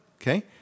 Okay